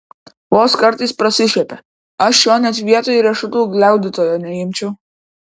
vos kartais prasišiepia aš jo net vietoj riešutų gliaudytojo neimčiau